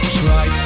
try